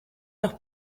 los